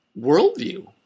worldview